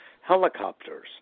helicopters